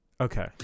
Okay